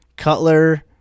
cutler